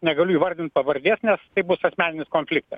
negaliu įvardint pavardės nes tai bus asmeninis konfliktas